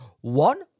One